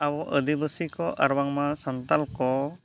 ᱟᱵᱚ ᱟᱹᱫᱤᱵᱟᱹᱥᱤ ᱠᱚ ᱟᱨ ᱵᱟᱝᱢᱟ ᱥᱟᱱᱛᱟᱲ ᱠᱚ